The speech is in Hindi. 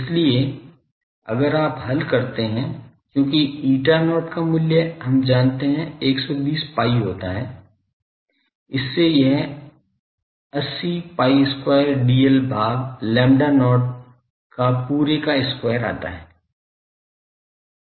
इसलिए अगर आप हल करते हैं क्योंकि eta not का मूल्य हम जानते हैं 120 pi होता है इससे यह 80pi square dl भाग lambda not का पुरे का square आता है